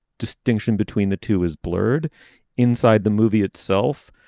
distinction between the two is blurred inside the movie itself.